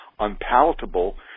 unpalatable